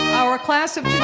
our class of